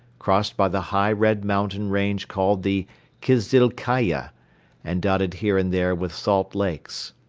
crossed by the high red mountain range called the kizill-kaiya and dotted here and there with salt lakes.